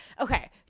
Okay